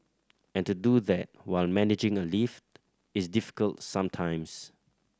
and to do that while managing a lift is difficult sometimes